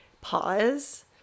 pause